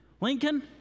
Lincoln